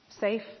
safe